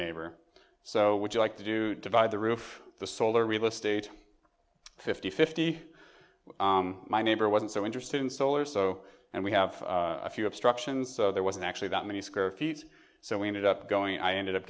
neighbor so would you like to do divide the roof the solar realestate fifty fifty my neighbor wasn't so interested in solar so and we have a few obstructions so there wasn't actually that many square feet so we ended up going i ended up